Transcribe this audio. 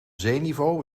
zeeniveau